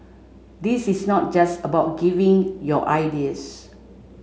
this is not just about giving your ideas